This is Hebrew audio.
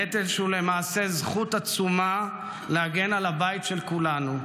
נטל שהוא למעשה זכות עצומה להגן על הבית של כולנו.